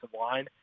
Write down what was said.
line